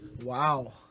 Wow